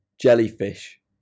jellyfish